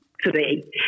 today